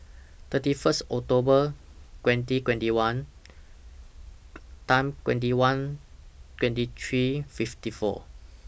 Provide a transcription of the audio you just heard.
thirty First October twenty twenty one Time twenty one twenty three fifty four